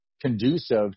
conducive